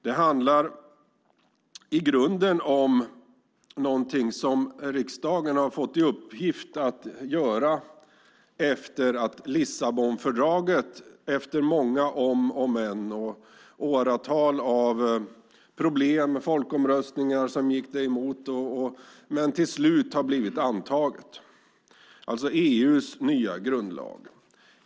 Det handlar i grunden om någonting som riksdagen har fått i uppgift att göra efter att Lissabonfördraget, EU:s nya grundlag, till slut har blivit antaget efter många om och men och åratal av problem med folkomröstningar som gick emot.